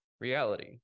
reality